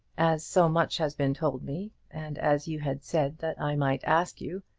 as so much has been told me, and as you had said that i might ask you,